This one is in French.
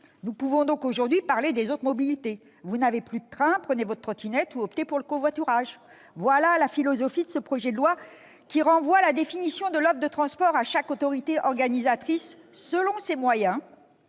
Nous pouvons donc aujourd'hui parler des autres mobilités :« Vous n'avez plus de train, prenez votre trottinette ou optez pour le covoiturage !» Telle est la philosophie de ce projet de loi, qui renvoie la définition de l'offre de transport à chaque autorité organisatrice, selon ses moyens,